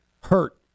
hurt